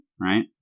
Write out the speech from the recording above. right